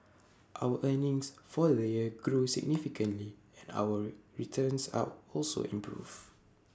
our earnings for the year grew significantly and our returns are also improved